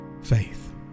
faith